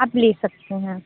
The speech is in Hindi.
आप ले सकते हैं